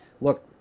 look